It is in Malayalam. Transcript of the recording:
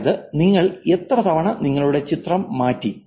അതായത് നിങ്ങൾ എത്ര തവണ നിങ്ങളുടെ ചിത്രം മാറ്റി